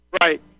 Right